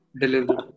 delivery